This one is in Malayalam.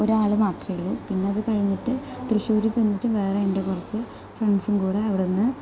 ഒരാൾ മാത്രമേ ഉള്ളു പിന്നെ അത് കഴിഞ്ഞിട്ട് തൃശ്ശൂർ ചെന്നിട്ട് വേറെ എൻ്റെ കുറച്ച് ഫ്രെണ്ട്സ്സും കൂടെ അവിടെ നിന്ന്